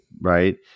right